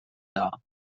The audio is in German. dar